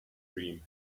dream